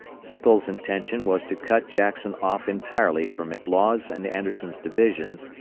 sickles' intention was to cut jackson off entirely from mclaws' and anderson's divisions,